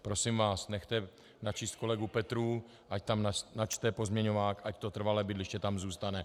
Prosím vás, nechte kolegu Petrů, ať načte pozměňovák, ať to trvalé bydliště tam zůstane.